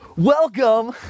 Welcome